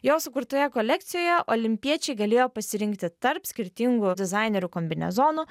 jo sukurtoje kolekcijoje olimpiečiai galėjo pasirinkti tarp skirtingų dizainerių kombinezonų